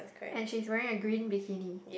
and she's wearing a green bikini